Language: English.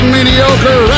Mediocre